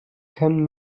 können